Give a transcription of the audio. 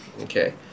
okay